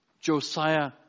Josiah